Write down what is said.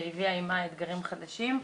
שהביאה עמה אתגרים חדשים,